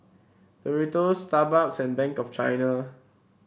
Doritos Starbucks and Bank of China